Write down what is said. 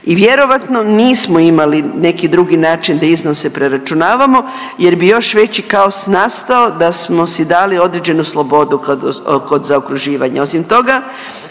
i vjerojatno nismo imali neki drugi način da iznose preračunavamo jer bi još veći kao nastao da smo si dali određenu slobodu kod zaokruživanja. Osim toga,